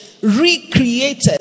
recreated